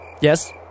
Yes